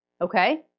okay